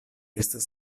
estas